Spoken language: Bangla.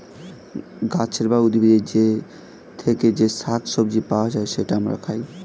গাছের বা উদ্ভিদের থেকে যে শাক সবজি পাওয়া যায়, সেটা আমরা খাই